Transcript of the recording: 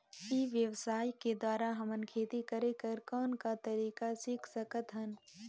ई व्यवसाय के द्वारा हमन खेती करे कर कौन का तरीका सीख सकत हन?